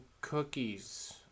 cookies